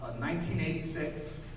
1986